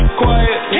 quiet